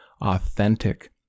authentic